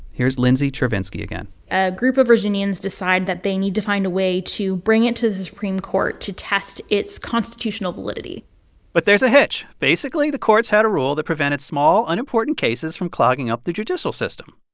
here's lindsay chervinsky again a group of virginians decide that they need to find a way to bring it to the supreme court to test its constitutional validity but there's a hitch. basically, the courts had a rule that prevented small, unimportant cases from clogging up the judicial system.